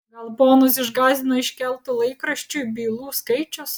gal ponus išgąsdino iškeltų laikraščiui bylų skaičius